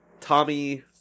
Tommy